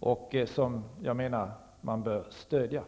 och som man bör stödja.